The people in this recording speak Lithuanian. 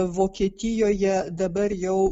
vokietijoje dabar jau